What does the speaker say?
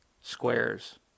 Squares